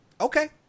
Okay